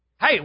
Hey